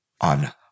on